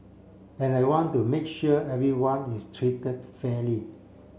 and I want to make sure everyone is treated fairly